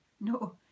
No